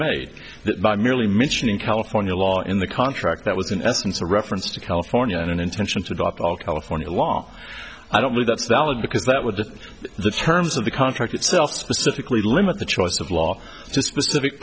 made by merely mentioning california law in the contract that was in essence a reference to california on an intention to drop all california law i don't think that's valid because that would be the terms of the contract itself specifically limit the choice of law to specific